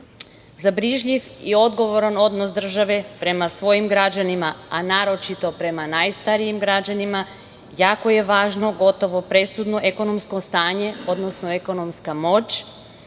Za brižljiv i odgovoran odnos države prema svojim građanima a naročito prema najstarijim građanima jako je važno gotovo presudno, ekonomsko stanje, odnosno ekonomska moć